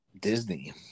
Disney